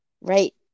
right